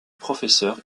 professeur